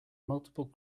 multiple